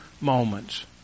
moments